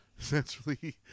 essentially